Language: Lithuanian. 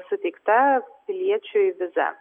suteikta piliečiui viza